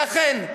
ואכן,